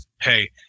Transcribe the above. hey